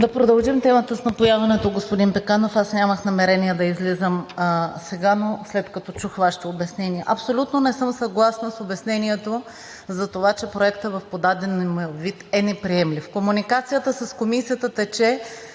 Да продължим темата с напояването, господин Пеканов. Аз нямах намерение да излизам сега, но след като чух Вашето обяснение… Абсолютно не съм съгласна с обяснението, затова че Проектът в подадения му вид е неприемлив. Комуникацията с Комисията течеше